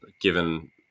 given